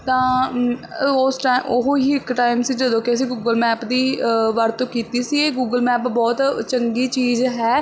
ਤਾਂ ਅ ਉਸ ਟਾ ਉਹ ਹੀ ਇੱਕ ਟਾਈਮ ਸੀ ਜਦੋਂ ਕਿ ਅਸੀਂ ਗੂਗਲ ਮੈਪ ਦੀ ਅ ਵਰਤੋਂ ਕੀਤੀ ਸੀ ਇਹ ਗੂਗਲ ਮੈਪ ਬਹੁਤ ਅ ਚੰਗੀ ਚੀਜ਼ ਹੈ